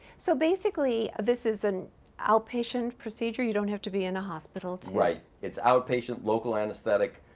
so basically this is an outpatient procedure, you don't have to be in a hospital? right, it's outpatient local anesthetic,